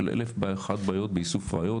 שיש אלף ואחת בעיות באיסוף ראיות,